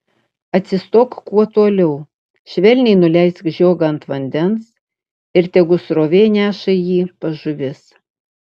atsistok kuo toliau švelniai nuleisk žiogą ant vandens ir tegu srovė neša jį pas žuvis